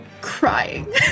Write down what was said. crying